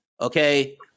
Okay